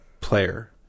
player